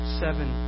seven